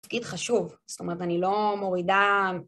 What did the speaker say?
תפקיד חשוב, זאת אומרת אני לא מורידה